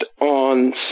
on